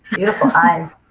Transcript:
beautiful eyes.